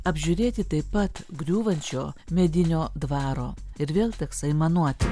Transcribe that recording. apžiūrėti taip pat griūvančio medinio dvaro ir vėl teks aimanuoti